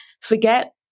Forget